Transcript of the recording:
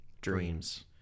dreams